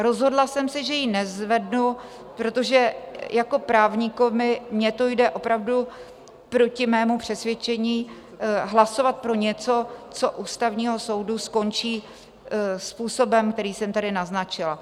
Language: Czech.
Rozhodla jsem se, že ji nezvednu, protože jako právníkovi mně to jde opravdu proti mému přesvědčení hlasovat pro něco, co u Ústavního soudu skončí způsobem, který jsem tady naznačila.